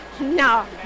No